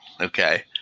okay